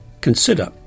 consider